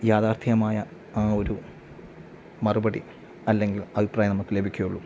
യാഥാർത്ഥ്യമായ ആ ഒരു മറുപടി അല്ലെങ്കിൽ അഭിപ്രായം നമുക്ക് ലഭിക്കുള്ളൂ